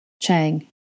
Chang